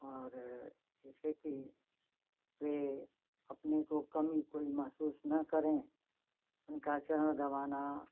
और जैसे कि वह अपने को कम कोई महसूस ना करें उनका चरण दबाना